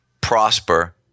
prosper